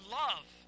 love